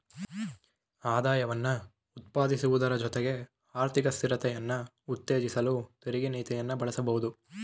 ಆದಾಯವನ್ನ ಉತ್ಪಾದಿಸುವುದ್ರ ಜೊತೆಗೆ ಆರ್ಥಿಕ ಸ್ಥಿರತೆಯನ್ನ ಉತ್ತೇಜಿಸಲು ತೆರಿಗೆ ನೀತಿಯನ್ನ ಬಳಸಬಹುದು